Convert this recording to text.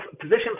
position